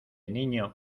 niño